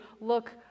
look